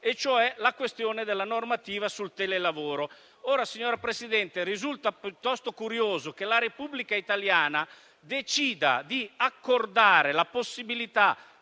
cioè, alla questione della normativa sul telelavoro. Signora Presidente, è piuttosto curioso che la Repubblica Italiana decida di accordare la possibilità